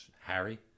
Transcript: Harry